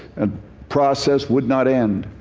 and process would not end.